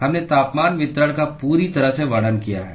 हमने तापमान वितरण का पूरी तरह से वर्णन किया है